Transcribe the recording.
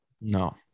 No